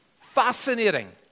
fascinating